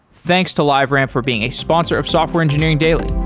thanks to liveramp for being a sponsor of software engineering daily